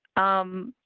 um.